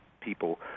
people